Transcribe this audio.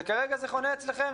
וכרגע זה חונה אצלכם,